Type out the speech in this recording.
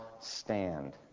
stand